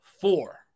four